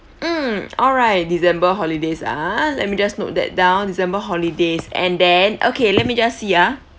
mm alright december holidays ah let me just note that down december holidays and then okay let me just see ah